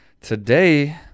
today